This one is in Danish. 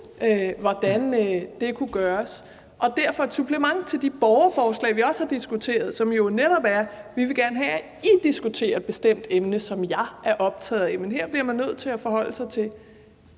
hvordan det kunne gøres. Og derfor er det et supplement til de borgerforslag, vi også har diskuteret, som jo netop går ud på: Vi vil gerne have, at I diskuterer et bestemt emne, som vi er optaget af. Men her bliver man nødt til at forholde sig til